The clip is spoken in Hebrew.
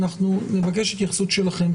אנחנו נבקש את ההתייחסות שלכם.